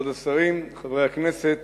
כבוד השרים, חברי הכנסת,